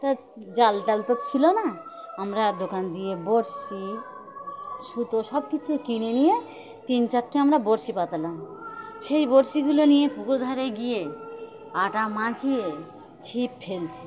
তা জাল টাল তো ছিল না আমরা দোকান দিয়ে বড়শি সুতো সব কিছু কিনে নিয়ে তিন চারটে আমরা বড়শি পাতলাম সেই বড়শিগুলো নিয়ে পুকুর ধারে গিয়ে আটা মাখিয়ে ছিপ ফেলছি